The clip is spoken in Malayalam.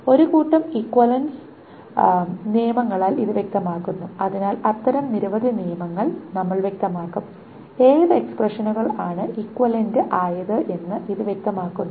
ഒരു കൂട്ടം ഇക്വിവാലെൻസ് നിയമങ്ങളാൽ ഇത് വ്യക്തമാക്കുന്നു അതിനാൽ അത്തരം നിരവധി നിയമങ്ങൾ നമ്മൾ വ്യക്തമാക്കും ഏത് എക്സ്പ്രഷനുകൾ ആണ് ഇക്വിവാലെന്റ ആയത് എന്ന് ഇത് വ്യക്തമാക്കുന്നു